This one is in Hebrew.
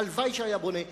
הלוואי שהיה בונה.